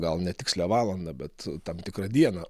gal ne tikslią valandą bet tam tikrą dieną